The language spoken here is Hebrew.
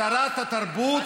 שרת התרבות,